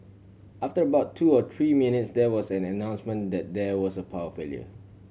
after about two or three minutes there was an announcement that there was a power failure